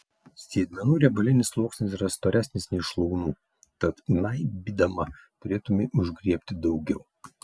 sėdmenų riebalinis sluoksnis yra storesnis nei šlaunų tad gnaibydama turėtumei užgriebti daugiau